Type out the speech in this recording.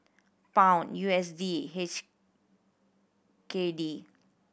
Pound U S D H K D